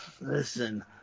Listen